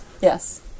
Yes